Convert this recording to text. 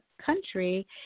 country